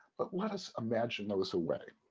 but let us imagine those away.